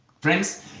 friends